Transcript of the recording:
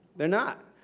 they're not.